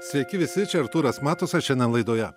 sveiki visi čia artūras matusas šiandien laidoje